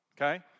okay